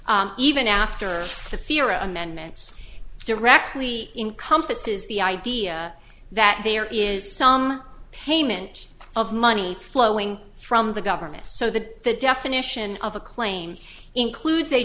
im even after the fear amendments directly in compass is the idea that there is some payment of money flowing from the government so that the definition of a claim include